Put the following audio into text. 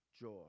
joy